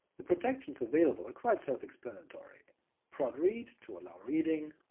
the protections available are quite self-explanatory prot read to allow reading,